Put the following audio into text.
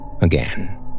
Again